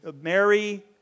Mary